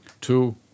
two